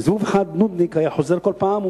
וזבוב אחד נודניק היה חוזר כל פעם.